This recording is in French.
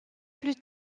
plus